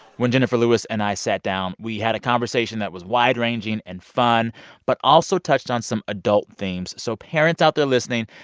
when jenifer lewis and i sat down, we had a conversation that was wide-ranging and fun but also touched on some adult themes. so parents out there listening,